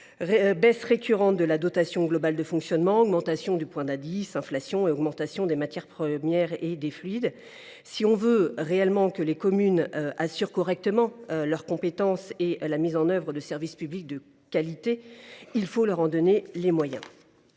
baisse récurrente de la dotation globale de fonctionnement, augmentation du point d’indice, inflation et augmentation des matières premières et des fluides… Si l’on veut réellement que les communes assurent correctement leurs compétences et la mise en œuvre de services publics de qualité, il faut leur en donner les moyens.